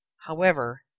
However